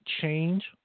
change